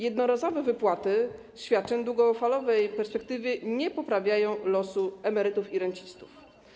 Jednorazowe wypłaty świadczeń w długofalowej perspektywie nie poprawiają losu emerytów i rencistów.